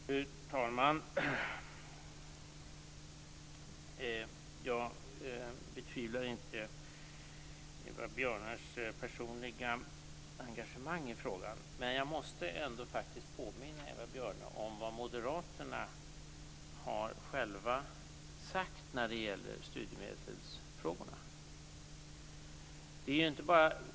Fru talman! Jag betvivlar inte Eva Björnes personliga engagemang i frågan. Men jag måste ändå påminna Eva Björne om vad moderaterna själva har sagt när det gäller studiemedelsfrågorna.